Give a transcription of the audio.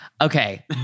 okay